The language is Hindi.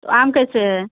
तो आम कैसे है